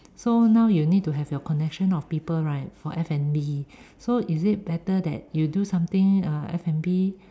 so now you need to have your connection of people right for F_N_B so is it better that you do something uh F_N_B